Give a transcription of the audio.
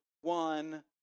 one